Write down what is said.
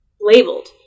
labeled